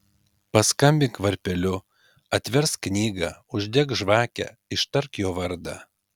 paskambink varpeliu atversk knygą uždek žvakę ištark jo vardą